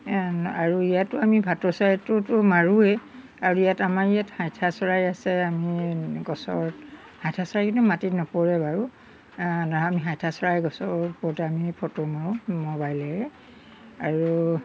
আৰু ইয়াতো আমি ভাটৌ চৰাইটোতো মাৰোঁৱে আৰু ইয়াত আমাৰ ইয়াত হাইঠা চৰাই আছে আমি গছৰ হাইঠা চৰাই কিন্তু মাটিত নপৰে বাৰু নহয় আমি হাইঠা চৰাই গছৰ ওপৰতে আমি ফটো মাৰোঁ ম'বাইলেৰে আৰু